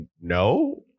no